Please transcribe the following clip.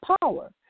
power